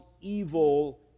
evil